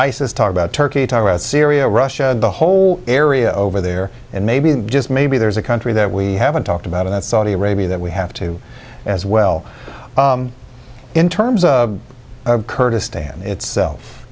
isis talk about turkey talk about syria russia the whole area over there and maybe just maybe there's a country that we haven't talked about in that saudi arabia that we have to as well in terms of kurdistan itself